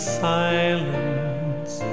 silence